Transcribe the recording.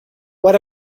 what